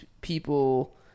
people